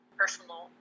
personal